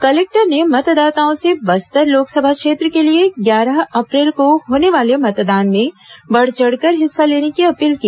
collector ने मतदाताओं से बस्तर लोकसभा क्षेत्र के लिए ग्यारह अप्रैल को होने वाले मतदान में बढ़ चढ़कर हिस्सा लेने की अपील की